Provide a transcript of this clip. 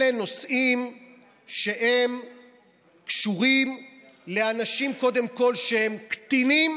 אלה נושאים שקשורים קודם כול לאנשים שהם קטינים